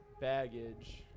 Baggage